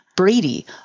Brady